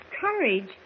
Courage